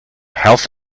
health